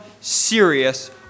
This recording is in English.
serious